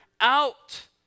out